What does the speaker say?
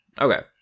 okay